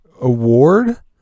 Award